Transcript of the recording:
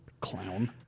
Clown